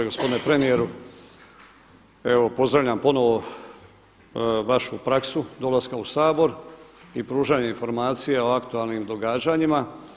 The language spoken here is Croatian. Gospodine premijeru evo pozdravljam ponovo vašu praksu dolaska u Sabor i pružanje informacija o aktualnim događanjima.